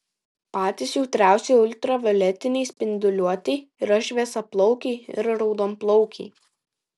patys jautriausi ultravioletinei spinduliuotei yra šviesiaplaukiai ir raudonplaukiai